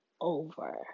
over